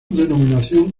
denominación